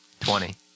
Twenty